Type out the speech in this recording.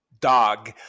dog